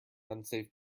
unsafe